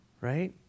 Right